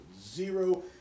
zero